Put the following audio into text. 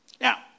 Now